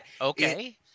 Okay